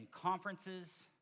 conferences